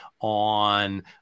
on